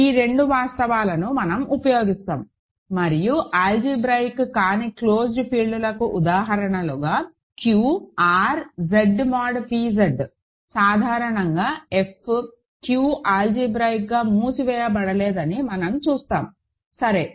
ఈ రెండు వాస్తవాలను మనం ఉపయోగిస్తాము మరియు ఆల్జీబ్రాయిక్ కాని క్లోజ్ ఫీల్డ్లకు ఉదాహరణలుగా Q R Z mod p Z సాధారణంగా F Q ఆల్జీబ్రాయిక్ గా మూసివేయబడలేదని మనం చూస్తాము సరే